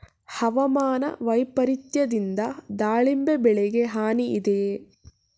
ಹವಾಮಾನ ವೈಪರಿತ್ಯದಿಂದ ದಾಳಿಂಬೆ ಬೆಳೆಗೆ ಹಾನಿ ಇದೆಯೇ?